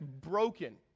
broken